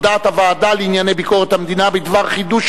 הודעת הוועדה לענייני ביקורת המדינה בדבר חידוש